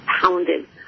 pounded